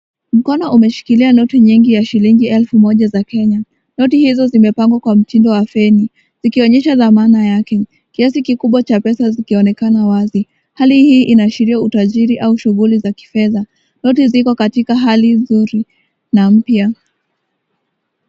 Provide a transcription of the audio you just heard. Mkono umeshikilia noti nyingi ya shilingi elfu moja za Kenya. Noti hizo zimepangwa kwa mtindo wa feni, zikionyesha dhamana yake. Kiasi kikubwa cha pesa zikionekana wazi. Hali hii inaashiria utajiri au shughuli za kifedha. Noti ziko katika hali nzuri na mpya.